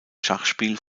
schachspiel